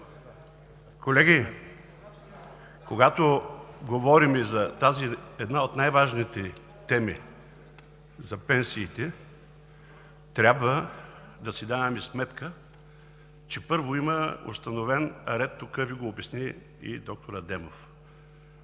Колеги, когато говорим за една от най-важните теми – за пенсиите, трябва да си даваме сметка, че, първо, има установен ред, тук Ви го обясни и доктор Адемов,